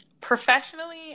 Professionally